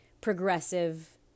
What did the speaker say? progressive